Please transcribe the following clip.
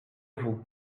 vous